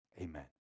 Amen